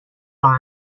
راه